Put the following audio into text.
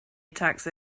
attacks